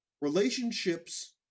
Relationships